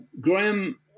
Graham